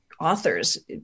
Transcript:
authors